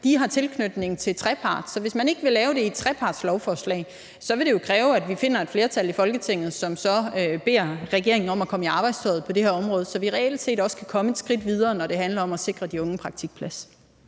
har tilknytning til trepartsaftaler. Så hvis man ikke laver det i form af et lovforslag baseret på trepartsaftaler, vil det jo kræve, at vi finder et flertal i Folketinget, som så beder regeringen om at komme i arbejdstøjet på det her område, så vi reelt set også kan komme et skridt videre, når det handler om at sikre de unge en praktikplads.